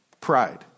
pride